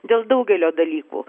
dėl daugelio dalykų